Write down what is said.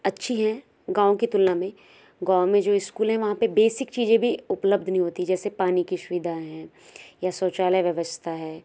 अच्छी हैं गाँव की तुलना में गाँव में जो स्कूलें हैं वहाँ पर बेसिक चीज़ें भी उपलब्ध नहीं होती जैसे पानी की सुविधा है या शौचालय व्यवस्था है